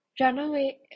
runaway